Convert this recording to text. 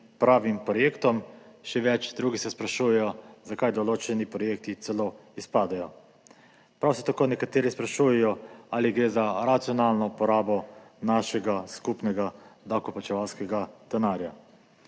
pravim projektom. Še več, drugi se sprašujejo, zakaj določeni projekti celo izpadejo. Prav tako se nekateri sprašujejo, ali gre za racionalno porabo našega skupnega davkoplačevalskega denarja.